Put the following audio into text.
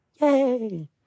Yay